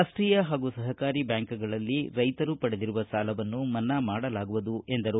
ರಾಷ್ಟೀಯ ಹಾಗೂ ಸಹಕಾರಿ ಬ್ಹಾಂಕುಗಳಲ್ಲಿ ರೈತರು ಪಡೆದಿರುವ ಸಾಲವನ್ನು ಮನ್ನಾ ಮಾಡಲಾಗುವುದು ಎಂದು ತಿಳಿಸಿದರು